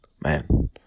Man